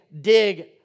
dig